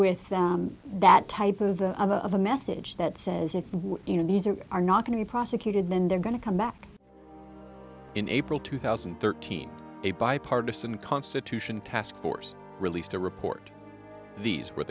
with that type of of a message that says if you know these are are not going to be prosecuted then they're going to come back in april two thousand and thirteen a bipartisan constitution task force released a report these were